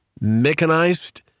mechanized